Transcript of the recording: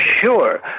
sure